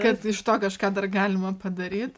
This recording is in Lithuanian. kad iš to kažką dar galima padaryt